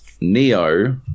Neo